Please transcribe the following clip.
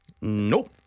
Nope